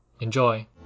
Enjoy